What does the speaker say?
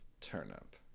Turnip